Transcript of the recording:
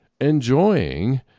enjoying